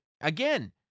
Again